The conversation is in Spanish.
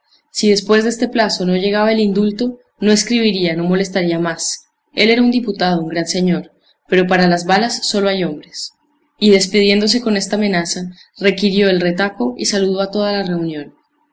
si después de este plazo no llegaba el indulto no escribiría no molestaría más él era un diputado un gran señor pero para las balas sólo hay hombres y despidiéndose con esta amenaza requirió el retaco y saludó a toda la reunión